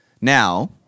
Now